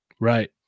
Right